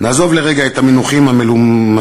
נעזוב לרגע את המינוחים המלומדים,